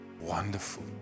wonderful